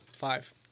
Five